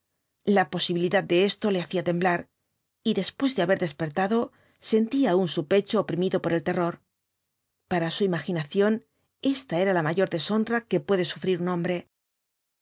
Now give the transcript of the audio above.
la posibilidad de esto le hacía temblar y después de haber despertado sentía aún su pecho oprimido por el terror para su imaginación ésta era la mayor deshonra que puede sufrir un hombre